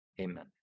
Amen